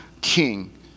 king